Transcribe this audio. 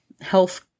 health